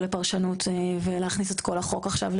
לפרשנות ולהכניס את כל החוק עכשיו,